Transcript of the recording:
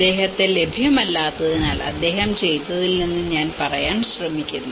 അദ്ദേഹത്തെ ലഭ്യമല്ലാത്തതിനാൽ അദ്ദേഹം ചെയ്തതിൽ നിന്ന് ഞാൻ പറയാൻ ശ്രമിക്കുന്നു